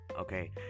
okay